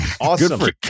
awesome